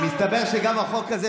מסתבר שגם החוק הזה,